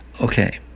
Okay